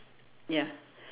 ya